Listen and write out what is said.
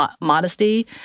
modesty